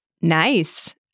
Nice